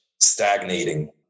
stagnating